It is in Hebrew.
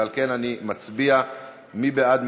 ועל כן אני שואל: מי בעד,